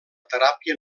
teràpia